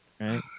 right